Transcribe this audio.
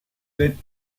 than